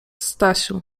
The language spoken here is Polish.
stasiu